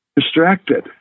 distracted